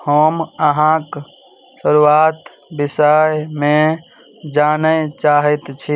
हम अहाँक शुरुआती विषयमे जानय चाहैत छी